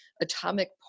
atomic